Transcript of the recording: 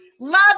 love